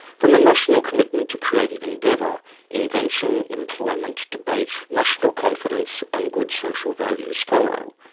from a national commitment to creative endeavour invention, employment, debate, national confidence and good social values follow.